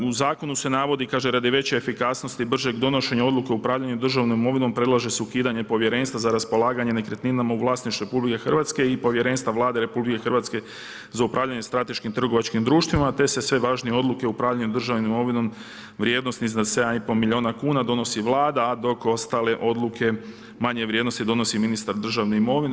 U zakonu se navodi, kaže, radi veće efikasnosti, bržeg donošenja odluka, u upravljanje državne imovinu, predlaže se ukidanja Povjerenstva za raspolaganje nekretninama u vlasništvu RH i povjerenstva Vlade RH za upravljanje strateškim trgovačkim društvima, te se sve važnije odluke upravljanje državne imovine, vrijednosti iznad 7,5 milijuna kuna donosi Vlada, dok ostale odluke manje vrijednosti donosi ministar državne imovine.